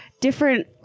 different